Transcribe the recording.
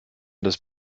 eines